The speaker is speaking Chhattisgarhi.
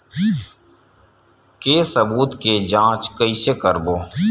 के सबूत के जांच कइसे करबो?